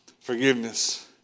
forgiveness